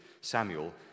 Samuel